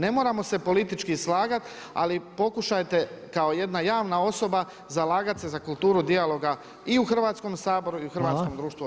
Ne moramo se politički slagat, ali pokušajte kao jedna javna osoba zalagat se za kulturu dijaloga i u Hrvatskom saboru i u hrvatskom društvu općenito.